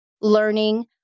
learning